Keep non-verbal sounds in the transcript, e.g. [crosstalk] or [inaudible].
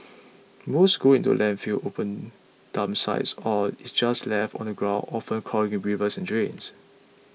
[noise] most goes into landfills open dump sites or is just left on the ground often clogging rivers and drains